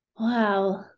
Wow